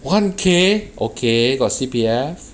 one K okay got C_P_F